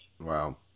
Wow